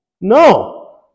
No